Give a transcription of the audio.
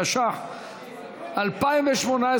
התשע"ח 2018,